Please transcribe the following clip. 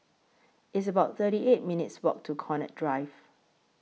It's about thirty eight minutes' Walk to Connaught Drive